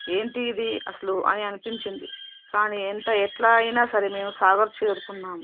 ఏంటి ఇది అసలు అని అనిపించింది కానీ ఎంత ఎట్లా అయినా సరే మేము సాగర్ చేరుకున్నాము